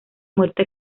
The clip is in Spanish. muerte